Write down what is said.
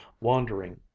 wandering